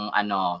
ano